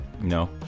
No